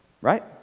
right